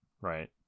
right